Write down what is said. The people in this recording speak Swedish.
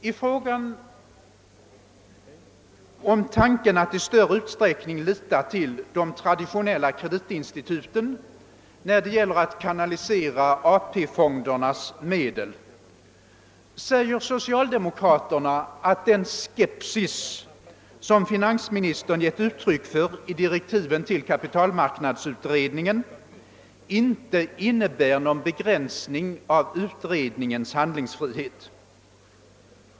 Beträffande tanken att i större utsträckning lita till de traditionella kreditinstituten för kanalisering av AP fondernas medel säger socialdemokraterna, att den skepsis som finansministern gett uttryck för i direktiven till kapitalmarknadsutredningen inte inne bär någon begränsning av utredningens handlingsfrihet.